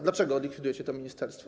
Dlaczego likwidujecie to ministerstwo?